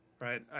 right